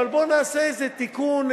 אבל בואו נעשה איזה תיקון,